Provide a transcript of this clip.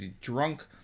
drunk